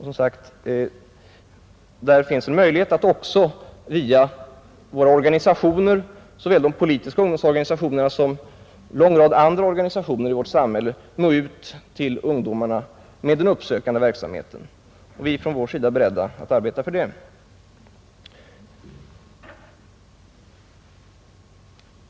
Det finns som sagt möjlighet att också via våra organisationer — såväl de politiska ungdomsorganisationerna som en lång rad andra organisationer i vårt samhälle — nå ut till ungdomarna med den uppsökande verksamheten, Vi är från vår sida beredda att arbeta för det.